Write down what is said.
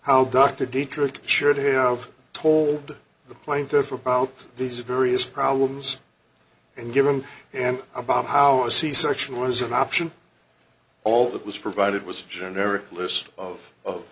how dr di correct should have told the plaintiff about these various problems and give him an a bomb how a c section was an option all that was provided was generic list of